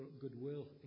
goodwill